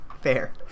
Fair